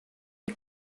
die